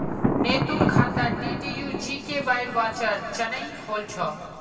नीतूर खातात डीडीयू जीकेवाईर वाउचर चनई होल छ